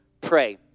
Pray